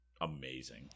amazing